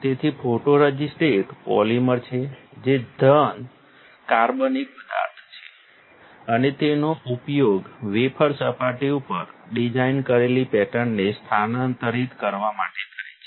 તેથી ફોટોરઝિસ્ટ એક પોલિમર છે જે ઘન કાર્બનિક પદાર્થ છે અને તેનો ઉપયોગ વેફર સપાટી ઉપર ડિઝાઇન કરેલી પેટર્નને સ્થાનાંતરિત કરવા માટે થાય છે